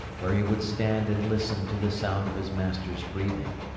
where he would stand and listen to the sound of his master's breathing.